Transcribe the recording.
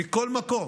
מכל מקום,